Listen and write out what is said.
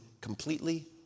completely